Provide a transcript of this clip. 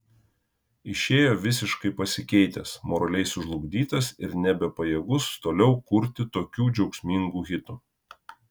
išėjo visiškai pasikeitęs moraliai sužlugdytas ir nebepajėgus toliau kurti tokių džiaugsmingų hitų